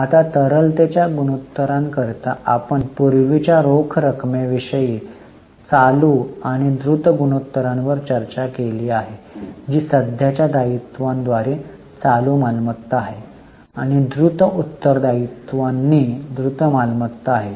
आता तरलतेच्या गुणोत्तरांकरिता आपण पूर्वीच्या रोख रकमेविषयी चालू आणि द्रुत गुणोत्तरांवर चर्चा केली आहे जी सध्याच्या दायित्वांद्वारे चालू मालमत्ता आहे आणि द्रुत उत्तरदायित्वांनी द्रुत मालमत्ता आहे